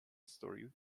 story